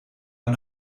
een